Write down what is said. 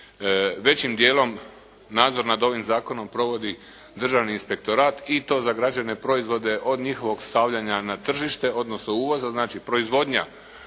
Većim dijelom nadzor nad ovim zakonom provodi Državni inspektorat i to za građevne proizvode od njihovog stavljanja na tržište, odnosno uvoza. Znači, proizvodnja,